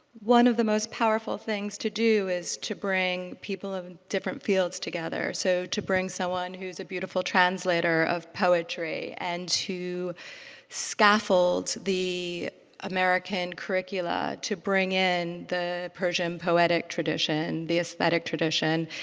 one of the most powerful things to do is to bring people of and different fields together. so to bring someone who's a beautiful translator of poetry and who scaffolds the american curricula to bring in the persian poetic tradition, the aesthetic tradition.